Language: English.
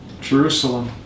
Jerusalem